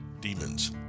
demons